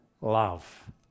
love